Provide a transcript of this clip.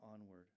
onward